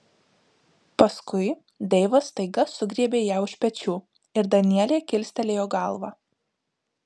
paskui deivas staiga sugriebė ją už pečių ir danielė kilstelėjo galvą